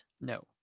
No